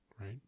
right